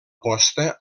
posta